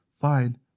Fine